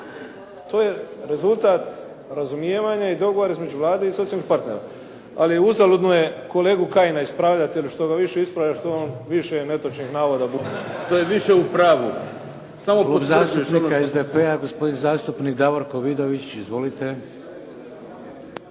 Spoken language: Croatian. To je rezultat dogovora i razumijevanja Vlade i socijalnih partnera. Ali uzaludno je kolegu Kajina ispravljati, jer što ga više ispravljaš to on više netočnih navoda. ... /Upadica